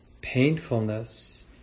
painfulness